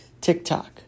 TikTok